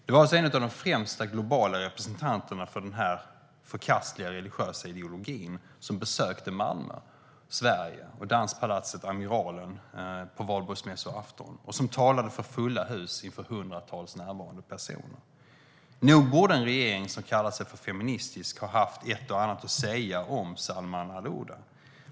Det var alltså en av de främsta globala representanterna för denna förkastliga religiösa ideologi som besökte Sverige, Malmö och danspalatset Amiralen på valborgsmässoafton och som talade för fulla hus inför hundratals närvarande personer. Nog borde en regering som kallar sig för feministisk ha haft ett och annat att säga om Salman al-Ouda.